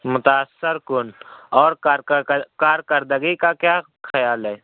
متاثر کن اور کار کارکردگی کا کیا خیال ہے